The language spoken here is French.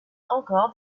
encore